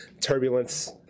turbulence